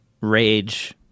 rage